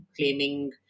claiming